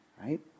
right